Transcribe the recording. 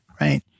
right